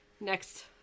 next